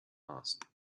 passed